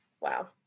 Wow